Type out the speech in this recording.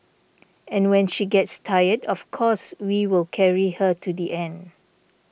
and when she gets tired of course we will carry her to the end